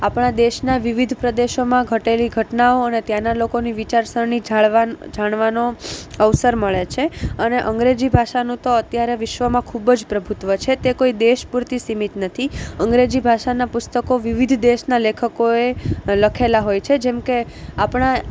આપણા દેશના વિવિધ પ્રદેશોમાં ઘટેલી ઘટનાઓ અને ત્યાંના લોકોની વિચારસરણી જાળવાનો જાણવાનો અવસર મળે છે અને અંગ્રેજી ભાષાનું તો અત્યારે વિશ્વમાં ખૂબ જ પ્રભુત્વ છે તે કોઈ દેશ પૂરતી સિમિત નથી અંગ્રેજી ભાષાના પુસ્તકો વિવિધ દેશના લેખકોએ લખેલા હોય છે જેમકે આપણા